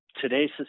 today's